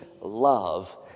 love